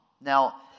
Now